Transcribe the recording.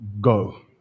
Go